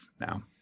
now